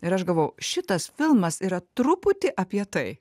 ir aš galvojau šitas filmas yra truputį apie tai